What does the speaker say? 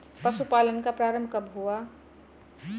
पशुपालन का प्रारंभ कब हुआ?